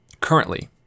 Currently